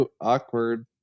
Awkward